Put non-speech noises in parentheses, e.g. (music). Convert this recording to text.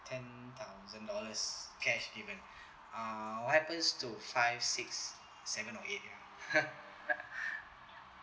ten thousand dollars cash given uh what happens to five six seven or eight (laughs)